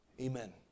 Amen